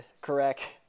correct